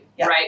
right